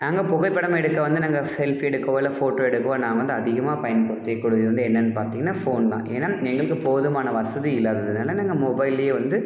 நாங்கள் புகைப்படம் எடுக்க வந்து நாங்கள் செல்ஃபி எடுக்கவோ இல்லை ஃபோட்டோ எடுக்கவோ நான் வந்து அதிகமாக பயன்படுத்திக் கொள்வது வந்து என்னென்னு பார்த்தீங்கன்னா ஃபோன் தான் ஏன்னால் எங்களுக்குப் போதுமான வசதி இல்லாததுனால் நாங்கள் மொபைல்லியே வந்து